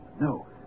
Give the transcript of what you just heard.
No